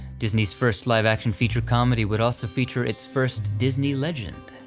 disney's first live action feature comedy would also feature its first disney legend.